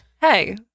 Hey